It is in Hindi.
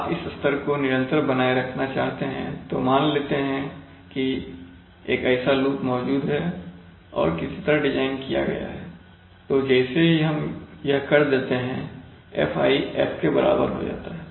आप इस स्तर को निरंतर बनाए रखना चाहते हैं तो मान लेते हैं कि एक ऐसा लूप मौजूद है और किसी तरह डिजाइन किया गया है तो जैसे ही हम यह कर देते हैं Fi F के बराबर हो जाता है